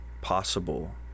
possible